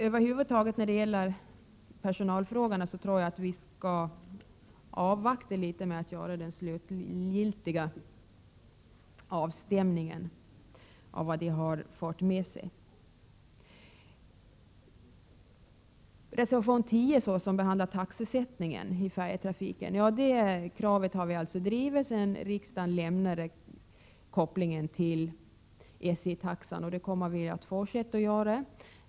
Över huvud taget när det gäller personalfrågorna tror jag att vi skall avvakta litet med att göra den slutgiltiga avstämningen av vad det har fört med sig. Reservation 10 behandlar taxesättningen i färjetrafiken. Den frågan har vi drivit ända sedan riksdagen lämnade kopplingen tili SJ-taxan, och det kommer vi att fortsätta göra.